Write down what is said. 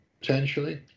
potentially